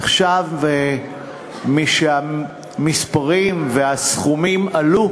עכשיו, משהמספרים והסכומים עלו,